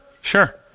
sure